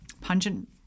pungent